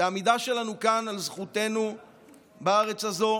את העמידה שלנו כאן על זכותנו בארץ הזו,